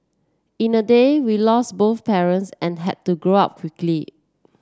in a day we lost both parents and had to grow up quickly